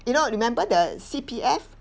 you know remember the C_P_F